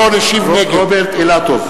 רוברט אילטוב,